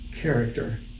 character